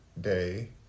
day